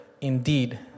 Indeed